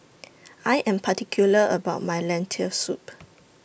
I Am particular about My Lentil Soup